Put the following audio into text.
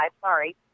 Sorry